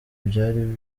byari